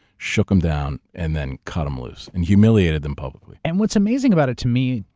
shook them down, and then cut em loose. and humiliated them publicly. and what's amazing about it to me,